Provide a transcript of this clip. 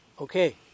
Okay